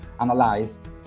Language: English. analyzed